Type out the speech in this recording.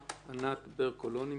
ענת ברקו לא נמצאת.